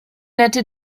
nette